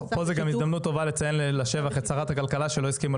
פה זה גם הזדמנות טובה לציין לשבח את שרת הכלכלה שלא הסכימה